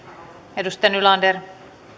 edustaja nylander